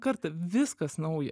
kartą viskas nauja